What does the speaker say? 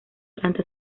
planta